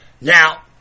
Now